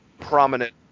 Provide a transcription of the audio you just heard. prominent